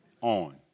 on